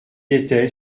était